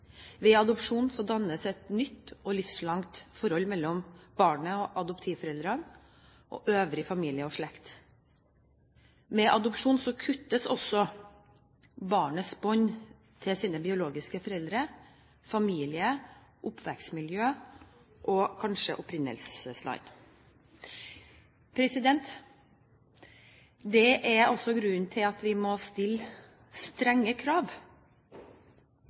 Ved adopsjon dannes et nytt og livslangt forhold mellom barnet og adoptivforeldrene og øvrig familie og slekt. Med adopsjon kuttes også barnets bånd til biologiske foreldre, familie, oppvekstmiljø og kanskje opprinnelsesland. Det er grunnen til at vi må stille strenge krav